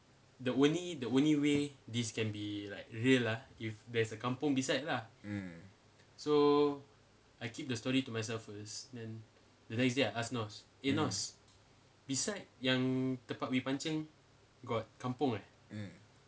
mm mm